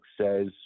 says